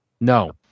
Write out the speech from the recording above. No